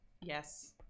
Yes